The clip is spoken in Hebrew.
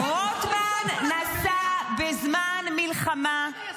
רוטמן נסע בזמן מלחמה -- יסמין,